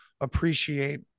appreciate